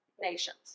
nations